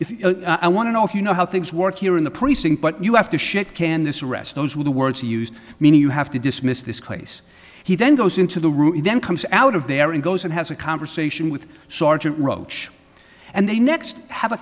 if i want to know if you know how things work here in the precinct but you have to shit can this arrest those were the words used meaning you have to dismiss this case he then goes into the room and then comes out of there and goes and has a conversation with sergeant roach and they next have a